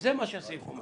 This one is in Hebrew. זה מה שהסעיף אומר לך.